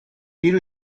hiru